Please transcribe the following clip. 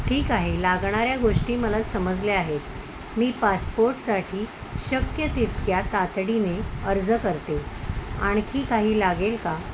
ठीक आहे लागणाऱ्या गोष्टी मला समजल्या आहेत मी पासपोर्टसाठी शक्य तितक्या तातडीने अर्ज करते आणखी काही लागेल का